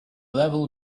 level